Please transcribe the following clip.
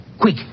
quick